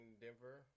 Denver